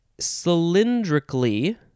Cylindrically